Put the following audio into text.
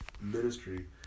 ministry